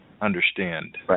understand